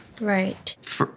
Right